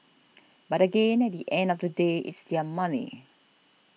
but again at the end of the day it's their money